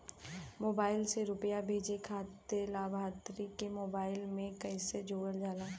Mobile से रूपया भेजे खातिर लाभार्थी के मोबाइल मे कईसे जोड़ल जाला?